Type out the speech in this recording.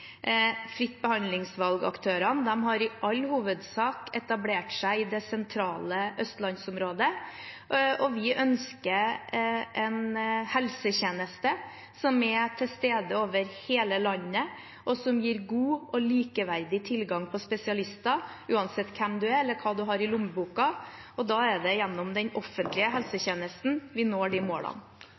Fritt behandlingsvalg-aktørene har i all hovedsak etablert seg i det sentrale østlandsområdet. Vi ønsker en helsetjeneste som er til stede over hele landet, og som gir god og likeverdig tilgang på spesialister uansett hvem man er, eller hva man har i lommeboka. Da er det gjennom den offentlige helsetjenesten vi når de målene.